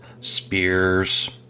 spears